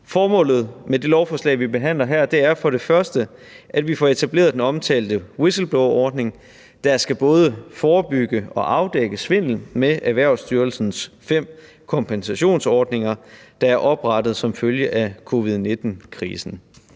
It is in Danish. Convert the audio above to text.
Formålet med det lovforslag, vi behandler her, er for det første, at vi får etableret den omtalte whistleblowerordning, der både skal forebygge og afdække svindel med Erhvervsstyrelsens fem kompensationsordninger, der er oprettet som følge af covid-19-krisen.